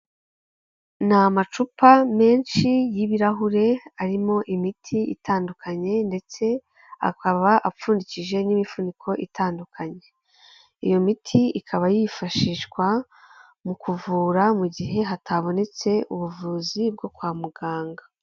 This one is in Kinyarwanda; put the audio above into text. Ni amacupa menshi y'ibirahure arimo imiti itandukanye ndetse akaba apfundikije n'imifuniko itandukanye; iyo miti ikaba yifashishwa mu kuvura mu gihe hatabonetse ubuvuzi bwo kwa muganga.